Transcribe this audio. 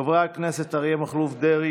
חברי הכנסת אריה מכלוף דרעי,